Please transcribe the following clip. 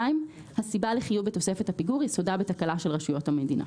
הסיבה לחיוב בתוספת הפיגור יסודה בתקלה של רשויות המדינה.